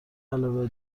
علاوه